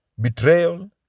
betrayal